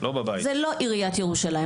זה לא באחריות עיריית ירושלים.